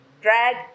drag